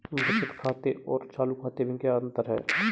बचत खाते और चालू खाते में क्या अंतर है?